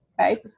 right